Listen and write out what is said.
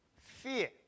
fear